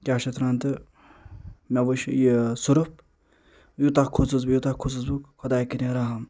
کیٛاہ چھِ اَتھ وَنان تہٕ مےٚ وٕچھ یہِ سۄرُپ یوٗتاہ کھوٗژُس بہٕ یوٗتاہ کھوٗژُس بہٕ خداے کٔرِنۍ رَحم